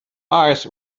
eyes